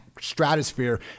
stratosphere